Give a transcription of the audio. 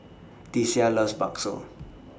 Deasia loves Bakso